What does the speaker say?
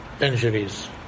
injuries